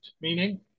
meaning